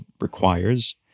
requires